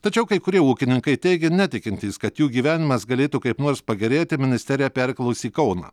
tačiau kai kurie ūkininkai teigia netikintys kad jų gyvenimas galėtų kaip nors pagerėti ministeriją perkėlus į kauną